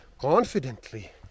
confidently